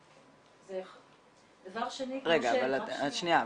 דבר שני -- שנייה,